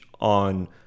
on